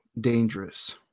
dangerous